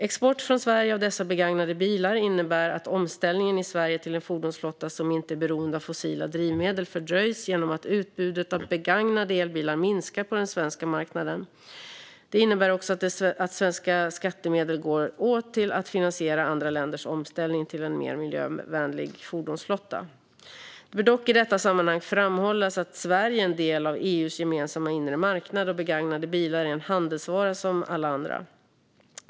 Export från Sverige av dessa begagnade bilar innebär att omställningen i Sverige till en fordonsflotta som inte är beroende av fossila drivmedel fördröjs genom att utbudet av begagnade elbilar minskar på den svenska marknaden. Det innebär också att svenska skattemedel går åt till att finansiera andra länders omställning till en mer miljövänlig fordonsflotta. Det bör dock i detta sammanhang framhållas att Sverige är en del av EU:s gemensamma inre marknad, och begagnade bilar är en handelsvara som alla andra.